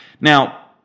Now